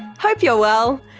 hope you're well.